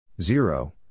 Zero